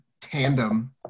tandem